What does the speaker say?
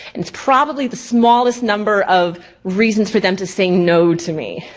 and it's probably the smallest number of reasons for them to say no to me,